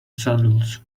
sandals